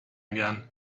again